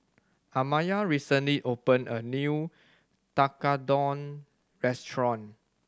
Amaya recently opened a new Tekkadon restaurant